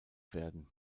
werden